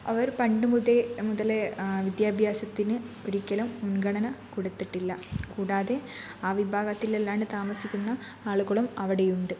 അവർ പണ്ടു മുതലേ വിദ്യാഭ്യാസത്തിന് ഒരിക്കലും മുൻഗണന കൊടുത്തിട്ടില്ല കൂടാതെ ആ വിഭാഗത്തിൽ അല്ലാണ്ട് താമസിക്കുന്ന ആളുകളും അവിടെ ഉണ്ട്